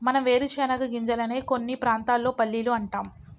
మనం వేరుశనగ గింజలనే కొన్ని ప్రాంతాల్లో పల్లీలు అంటాం